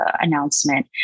announcement